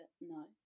No